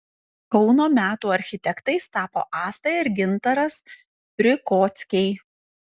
kauno metų architektais tapo asta ir gintaras prikockiai